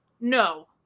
No